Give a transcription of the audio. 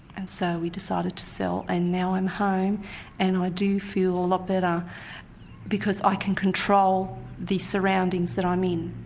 and so we decided to sell and now i'm home and i do feel a lot better because i can control the surroundings that um i'm